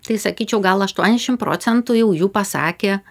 tai sakyčiau gal aštuoniasdešim procentų jau jų pasakė